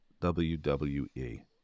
WWE